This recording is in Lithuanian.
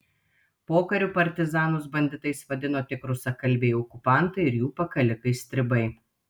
pokariu partizanus banditais vadino tik rusakalbiai okupantai ir jų pakalikai stribai